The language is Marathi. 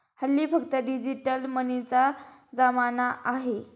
हल्ली फक्त डिजिटल मनीचा जमाना आहे